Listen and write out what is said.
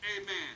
Amen